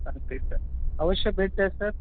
चालत आहे सर अवश्य भेट द्या सर